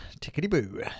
tickety-boo